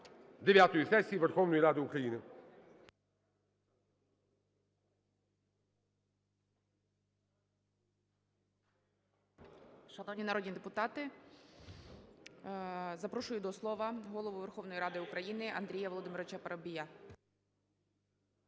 сесії Верховної Ради України.